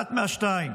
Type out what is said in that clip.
אחת מהשתיים,